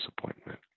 disappointment